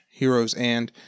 heroesand